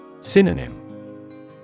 Synonym